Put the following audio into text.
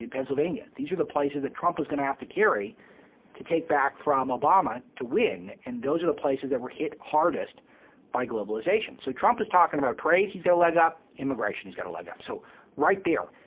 and pennsylvania these are the places that trump was going to have to carry to take back from obama to win, and those were the places that were hit hardest by globalization. so trump is talking about trade he's got a leg up. immigration, he's got a leg up. so right there.